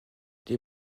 les